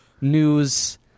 News